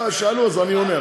לא, שאלו, אז אני אומר.